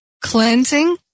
cleansing